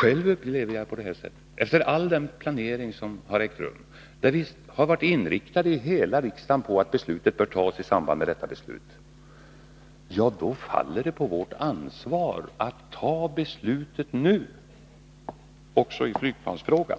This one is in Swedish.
Själv upplever jag det så, att det efter all den planering som ägt rum — hela riksdagen har varit inriktad på att beslutet i flygplansfrågan skall fattas i samband med beslutet om säkerhetsoch försvarspolitiken — faller på vårt ansvar att fatta beslutet nu, också i flygplansfrågan.